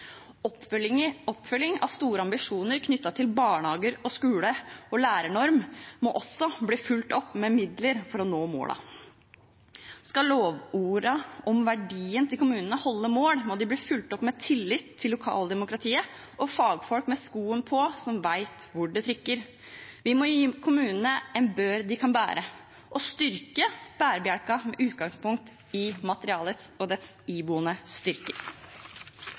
Oppfølging av store ambisjoner knyttet til barnehage, skole og lærernorm må også bli fulgt opp med midler for å nå målene. Skal lovordene om verdien til kommunene holde mål, må de bli fulgt opp med tillit til lokaldemokratiet og fagfolk med skoen på, som vet hvor det trykker. Vi må gi kommunene en bør de kan bære, og styrke bærebjelken med utgangspunkt i materialet og dets iboende styrker.